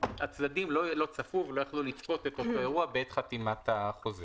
הצדדים לא צפו ולא יכלו לצפות לתוך האירוע בעת חתימת החוזה.